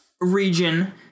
region